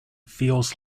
feels